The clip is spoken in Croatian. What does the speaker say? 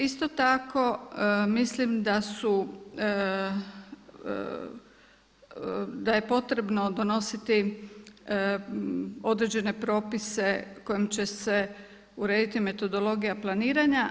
Isto tako mislim da je potrebno donositi određene propise kojim će se urediti metodologija planiranja.